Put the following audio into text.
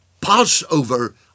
Passover